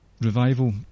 revival